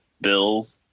Bills